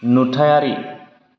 नुथायारि